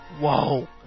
Whoa